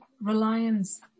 reliance